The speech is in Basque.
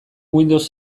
windows